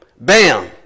Bam